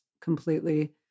completely